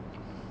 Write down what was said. mm